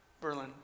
Berlin